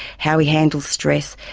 how he handles stress,